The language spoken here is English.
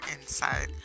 inside